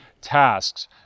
tasks